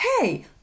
Hey